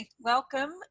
welcome